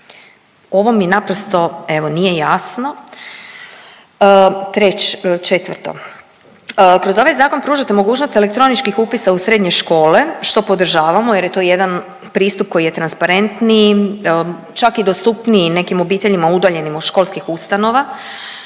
Ovo mi naprosto evo nije jasno. Treće, četvrto. Kroz ovaj zakon pružate mogućnost elektroničkih upisa u srednje škole što podržavamo jer je to jedan pristup koji je transparentniji, čak i dostupniji nekim obiteljima udaljenim od školskih ustanova